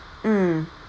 mm